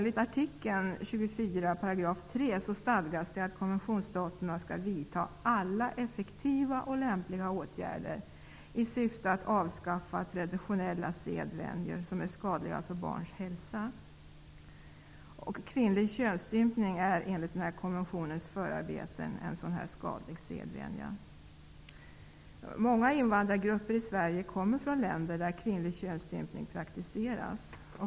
I artikel 24 § 3 stadgas att konventionsstaterna skall vidta alla effektiva och lämpliga åtgärder i syfte att avskaffa traditionella sedvänjor som är skadliga för barns hälsa. Kvinnlig könsstympning är enligt konventionens förarbeten en sådan skadlig sedvänja. Många invandrargrupper i Sverige kommer från länder där kvinnlig könsstympning praktiseras.